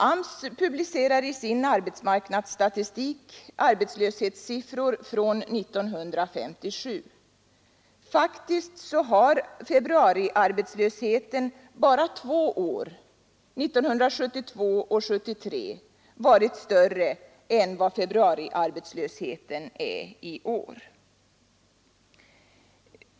AMS publicerar i sin arbetsmarknadsstatistik arbetslöshetssiffrorna från 1957. Faktiskt har februariarbetslösheten bara två år, 1972 och 1973, varit större än vad februariarbetslösheten är i år.